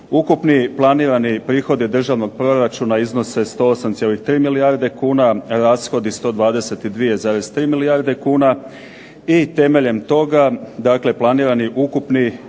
Ukupni planirani prihodi državnog proračuna iznose 108,3 milijarde kuna, rashodi 122,3 milijarde kuna. I temeljem toga, dakle planirani ukupni manjak